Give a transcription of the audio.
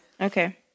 Okay